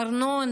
ארנונה,